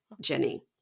Jenny